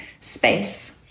space